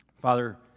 Father